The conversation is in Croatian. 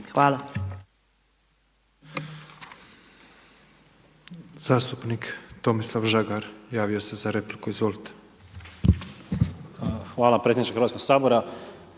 Hvala.